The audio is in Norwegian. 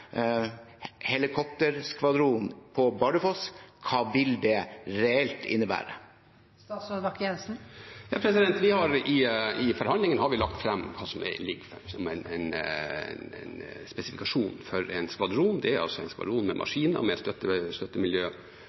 på Bardufoss – hva vil det reelt innebære? Vi har i forhandlingene lagt fram hva som ligger som en spesifikasjon for en skvadron. Det er altså en skvadron med maskiner, med